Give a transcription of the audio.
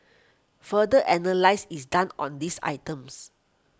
further analysis is done on these items